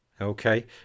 Okay